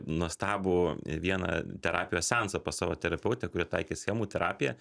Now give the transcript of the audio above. nuostabų vieną terapijos seansą pas savo terapeutę kuri taikė schemų terapiją